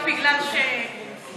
רק בגלל שהייתי צריכה,